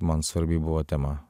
man svarbi buvo tema